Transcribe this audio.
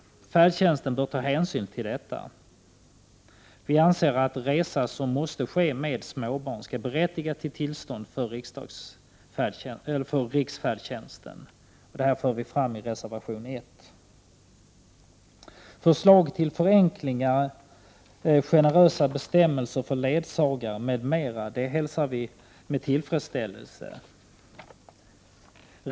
Färdtjänsten bör ta hänsyn till detta. Vi anser att resa som måste ske med småbarn skall berättiga till tillstånd för riksfärdtjänst. Dessa synpunkter för vi fram i reservation 1. Förslag till förenklingar, generösa bestämmelser för ledsagare m.m. hälsar vi med tillfredsställelse.